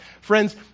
Friends